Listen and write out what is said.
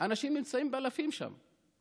אנשים נמצאים באלפים שם,